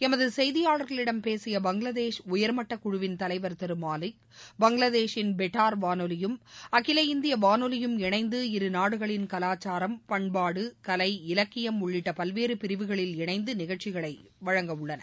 எமது செய்தியாளரிடம் பேசிய பங்களாதேஷ் உயர்மட்ட குழுவின் தலைவர் திரு மாலிக் பங்களாதேஷின் பெட்டார் வானொலியும் அகில இந்திய வானொலியும் இணைந்து இருநாடுகளின் கலாச்சாரம் பண்பாடு கலை இலக்கியம் உள்ளிட்ட பல்வேறு பிரிவுகளில் இணைந்து நிகழ்ச்சிகளை வழங்க உள்ளனர்